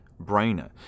brainer